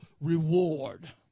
reward